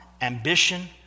ambition